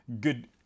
good